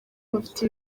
bafite